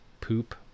poop